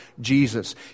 Jesus